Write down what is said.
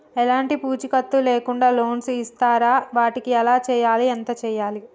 ఎలాంటి పూచీకత్తు లేకుండా లోన్స్ ఇస్తారా వాటికి ఎలా చేయాలి ఎంత చేయాలి?